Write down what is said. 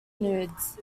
nudes